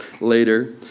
later